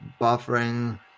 buffering